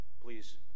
Please